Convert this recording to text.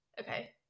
Okay